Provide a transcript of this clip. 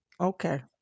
Okay